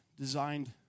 designed